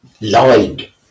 lied